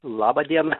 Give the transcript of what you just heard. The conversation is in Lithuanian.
labą dieną